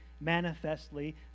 manifestly